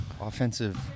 offensive